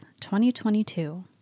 2022